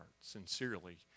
sincerely